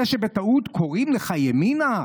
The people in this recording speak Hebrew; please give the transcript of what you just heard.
זה שבטעות קוראים לך ימינה,